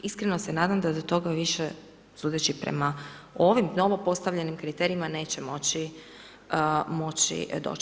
Iskreno se nadam, da do toga više, sudeći prema ovim novo postavljenim kriterijima, neće moći doći.